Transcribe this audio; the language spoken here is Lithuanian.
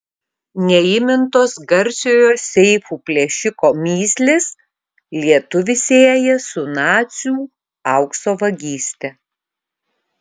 neįmintos garsiojo seifų plėšiko mįslės lietuvį sieja su nacių aukso vagyste